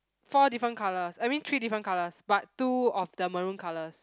four different colours I mean three different colours but two of the maroon colours